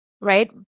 right